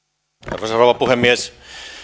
arvoisa rouva puhemies